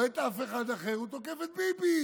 ולא את אף אחד אחר, הוא תוקף את ביבי,